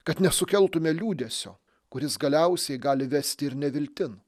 kad nesukeltume liūdesio kuris galiausiai gali vesti ir neviltin